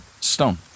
stone